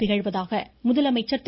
திகழ்வதாக முதலமைச்சா் திரு